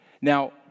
Now